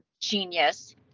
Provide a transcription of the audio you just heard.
genius